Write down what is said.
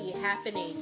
happening